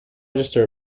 register